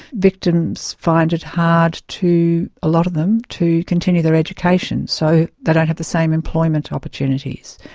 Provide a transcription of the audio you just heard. victims find it hard to, a lot of them, to continue their education, so they don't have the same employment opportunities.